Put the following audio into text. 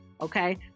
okay